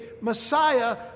Messiah